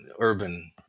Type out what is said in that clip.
urban